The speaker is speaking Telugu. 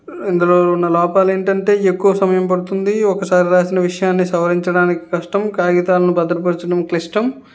ఇందులో ఉన్న లోపాలు ఏంటంటే ఎక్కువ సమయం పడుతుంది ఒక్కసారి వ్రాసిన విషయాన్ని సవరించడానికి కష్టం కాగితాలను భద్రపరచడం క్లిష్టం